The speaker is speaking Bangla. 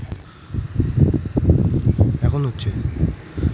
ক্রোকোডাইলের গা থেকে চামড়া ছিলে নিয়ে সেটা দিয়ে লেদার বানানো হয়